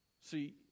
See